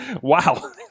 Wow